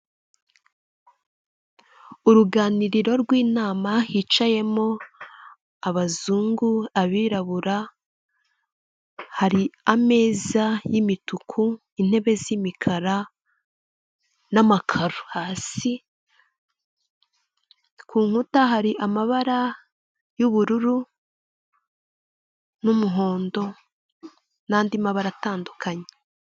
Uruganiriro rw'inama hicayemo abazungu, abirabura, hari ameza y'imituku, intebe z'imikara n'amaka hasi, ku nkuta hari amabara y'ubururu n'umuhondo n'andi mabara atandukanye.